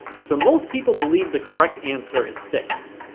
so most people believe the correct answer is six.